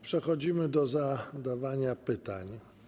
Przechodzimy do zadawania pytań.